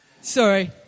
Sorry